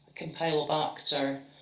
campylobacter,